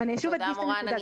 ושוב אדגיש את הנקודה,